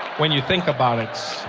when you think about it.